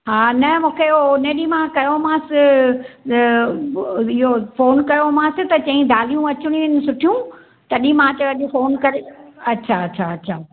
हा न मूंखे उहो हुन ॾींहुं मां कयोमांसि इयो फ़ोनु कयोमांसि त चईं दालियूंं अचणियूं आहिनि सुठियूं तॾहिं मां चयो अॼु फ़ोनु करे अच्छा अच्छा अच्छा